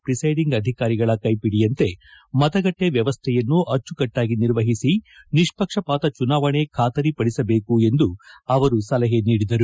presiding ಅಧಿಕಾರಿಗಳ ಕೈಪಿಡಿಯಂತೆ ಮತಗಟ್ಟೆ ವ್ಯವಸ್ಥೆಯನ್ನು ಅಚ್ಚುಕಟ್ಟಾಗಿ ನಿರ್ವಹಿಸಿ ನಿಷ್ಷಕ್ಷಪಾತ ಚುನಾವಣೆ ಖಾತರಿಪಡಿಸಬೇಕು ಎಂದು ಅವರು ಸಲಹೆ ನೀಡಿದರು